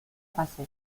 fase